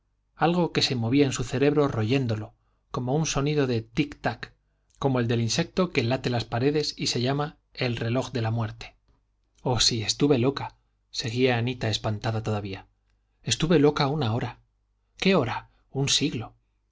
algo que se movía en su cerebro royéndolo como un sonido de tic-tac como el del insecto que late en las paredes y se llama el reloj de la muerte oh sí estuve loca seguía anita espantada todavía estuve loca una hora qué hora un siglo